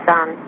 Son